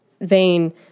vein